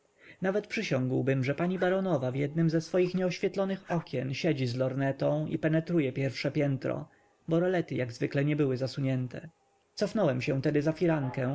nawet przysiągłbym że pani baronowa w jednym ze swych nieoświetlonych okien siedzi z lornetą i penetruje pierwsze piętro bo rolety jak zwykle nie były zasunięte cofnąłem się tedy za firankę